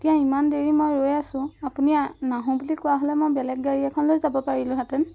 এতিয়া ইমান দেৰি মই ৰৈ আছো আপুনি নাহো বুলি কোৱা হ'লে মই বেলেগ গাড়ী এখন লৈ যাব পাৰিলোঁহেতেন